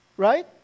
Right